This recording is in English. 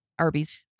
Arby's